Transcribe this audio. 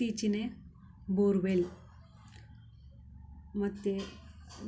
ಇತ್ತೀಚಿಗೆ ಬೋರ್ವೆಲ್ ಮತ್ತು